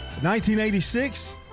1986